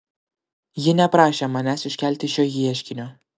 ji neprašė manęs iškelti šio ieškinio